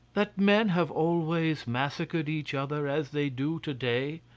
that men have always massacred each other as they do to-day,